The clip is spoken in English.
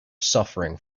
suffering